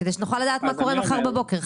כדי שנוכל לדעת מה קורה מחר בבוקר.